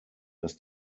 dass